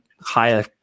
higher